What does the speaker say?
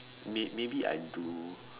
may~ maybe I do